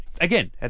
Again